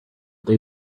they